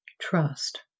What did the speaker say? trust